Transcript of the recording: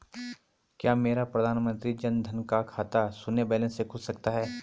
क्या मेरा प्रधानमंत्री जन धन का खाता शून्य बैलेंस से खुल सकता है?